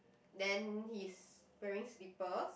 then he's wearing slippers